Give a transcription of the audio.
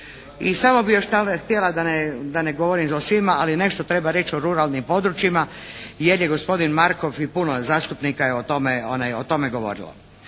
I samo bi još htjela, da ne govorim o svima, ali nešto treba reć' o ruralnim područjima jer je gospodin Markov i puno zastupnika je o tome govorilo.